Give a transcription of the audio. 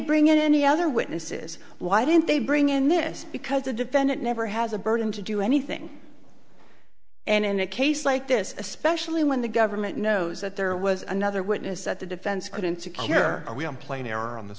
bring in any other witnesses why didn't they bring in this because the defendant never has a burden to do anything and in a case like this especially when the government knows that there was another witness that the defense couldn't secure we don't play an hour on this